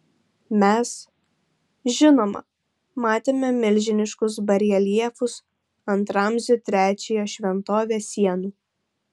mes žinoma matėme milžiniškus bareljefus ant ramzio trečiojo šventovės sienų